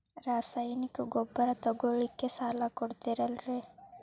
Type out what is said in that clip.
ರಾಸಾಯನಿಕ ಗೊಬ್ಬರ ತಗೊಳ್ಳಿಕ್ಕೆ ಸಾಲ ಕೊಡ್ತೇರಲ್ರೇ?